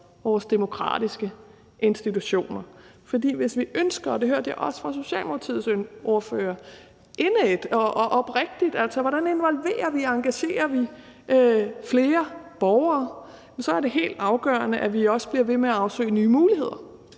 vores demokratiske institutioner. For hvis vi ønsker – og det hørte jeg også fra Socialdemokratiets ordfører – indædt og oprigtigt at involvere og engagere flere borgere, er det helt afgørende, at vi bliver ved med at afsøge nye muligheder